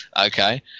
Okay